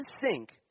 sink